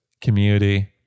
community